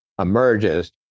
emerges